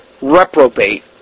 reprobate